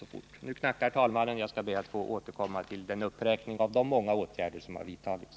Nu knackar talmannen i bordet; min taletid är slut, och jag skall be att få senare återkomma till en uppräkning av de många åtgärder som vidtagits.